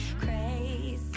crazy